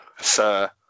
sir